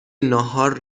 ناهار